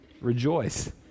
Rejoice